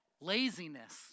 Laziness